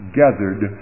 gathered